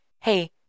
hey